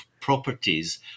properties